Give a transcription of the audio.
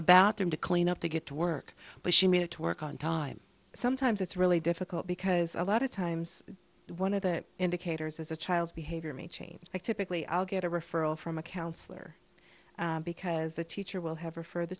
the bathroom to clean up to get to work but she made it work on time sometimes it's really difficult because a lot of times one of the indicators is a child's behavior may change but typically i'll get a referral from a counsellor because a teacher will have her for the